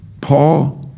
Paul